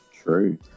true